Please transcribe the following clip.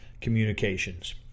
communications